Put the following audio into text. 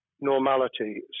Normality